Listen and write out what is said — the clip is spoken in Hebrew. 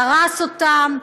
דרס אותם,